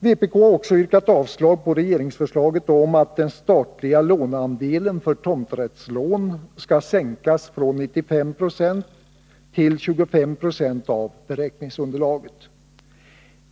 Vpk har också yrkat avslag på regeringsförslaget om att den statliga låneandelen för tomträttslån skall sänkas från 95 2 till 25 7 av beräkningsunderlaget.